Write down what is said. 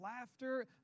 laughter